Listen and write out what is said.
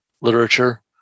literature